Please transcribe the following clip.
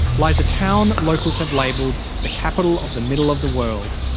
lies a town locals have labelled the capital of the middle of the world.